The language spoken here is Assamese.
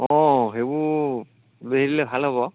অঁ সেইবোৰ বেৰি দিলে ভাল হ'ব